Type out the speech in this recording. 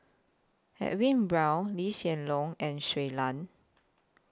Edwin Brown Lee Hsien Loong and Shui Lan